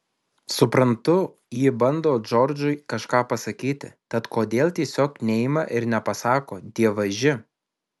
suprantu ji bando džordžui kažką pasakyti tad kodėl tiesiog neima ir nepasako dievaži